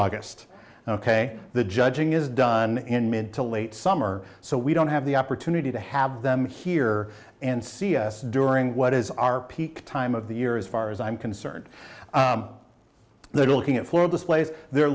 august ok the judging is done in mid to late summer so we don't have the opportunity to have them here and see us during what is our peak time of the year as far as i'm concerned they're looking at floral displays they're